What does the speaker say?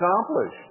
accomplished